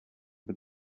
mit